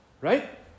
right